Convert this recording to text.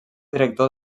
director